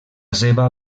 seva